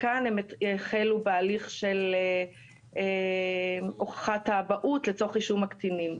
וכאן הם החלו בהליך של הוכחת האבהות לצורך רישום הקטינים.